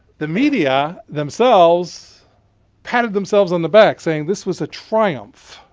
the media themselves patted themselves on the back saying, this was a triumph,